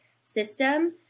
system